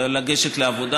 לגשת לעבודה.